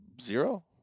Zero